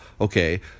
okay